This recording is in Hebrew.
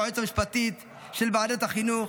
היועצת המשפטית של ועדת החינוך,